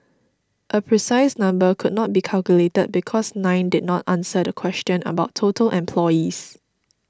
a precise number could not be calculated because nine did not answer the question about total employees